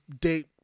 date